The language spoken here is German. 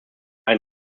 ein